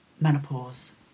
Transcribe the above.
menopause